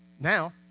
Now